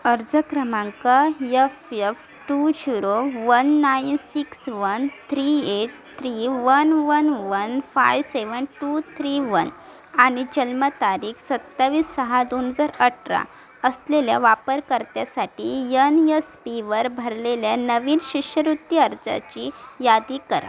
अर्ज क्रमांक F F two zero one nine six one three eight three one one one five seven two three one आणि जन्मतारीख सत्तावीस सहा दोन हजार अठरा असलेल्या वापरकर्त्यासाठी यन यस पीवर भरलेल्या नवीन शिष्यवृत्ती अर्जाची यादी करा